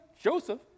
Joseph